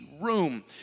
room